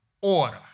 order